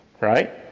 Right